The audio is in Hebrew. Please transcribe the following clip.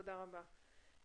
תודה רבה.